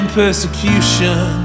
persecution